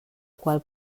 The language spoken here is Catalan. qual